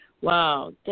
Wow